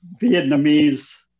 Vietnamese